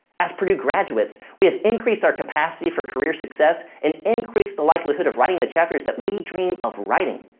as purdue graduates, we have increased our capacity for career success and increased the likelihood of writing the chapters that we dream of writing.